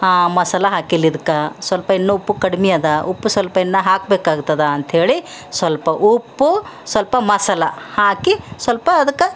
ಹಾಂ ಮಸಾಲ ಹಾಕಿಲ್ಲ ಇದಕ್ಕೆ ಸ್ವಲ್ಪ ಇನ್ನೂ ಉಪ್ಪು ಕಡಿಮೆ ಅದ ಉಪ್ಪು ಸ್ವಲ್ಪ ಇನ್ನೂ ಹಾಕ್ಬೇಕು ಆಗ್ತದ ಅಂಥೇಳಿ ಸ್ವಲ್ಪ ಉಪ್ಪು ಸ್ವಲ್ಪ ಮಸಾಲ ಹಾಕಿ ಸ್ವಲ್ಪ ಅದಕ್ಕೆ